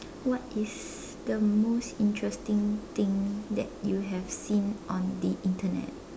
what is the most interesting thing that you have seen on the Internet